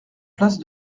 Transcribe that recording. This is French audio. place